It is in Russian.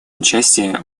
участие